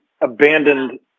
abandoned